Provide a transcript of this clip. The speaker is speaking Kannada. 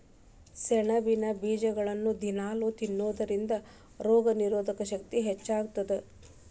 ಸೆಣಬಿನ ಬೇಜಗಳನ್ನ ದಿನಾಲೂ ತಿನ್ನೋದರಿಂದ ರೋಗನಿರೋಧಕ ಶಕ್ತಿ ಹೆಚ್ಚಗಿ ಆಗತ್ತದ